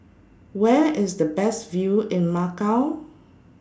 Where IS The Best View in Macau